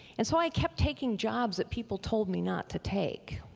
and so i kept taking jobs that people told me not to take.